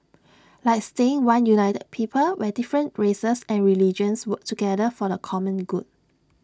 like staying one united people where different races and religions work together for the common good